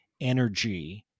energy